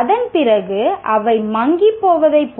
அதன்பிறகு அவை நம் மனதில்